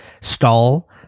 stall